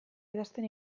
idazten